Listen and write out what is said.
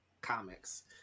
comics